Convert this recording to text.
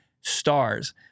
stars